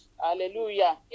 Hallelujah